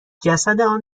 جسدان